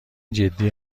جدی